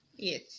Yes